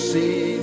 See